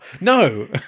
No